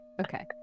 Okay